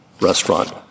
restaurant